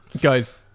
Guys